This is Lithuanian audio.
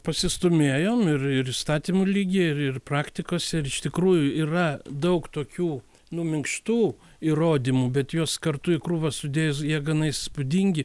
pasistūmėjom ir ir įstatymų lygyje ir ir praktikose ir iš tikrųjų yra daug tokių nu minkštų įrodymų bet juos kartu į krūvą sudėjus jie gana įspūdingi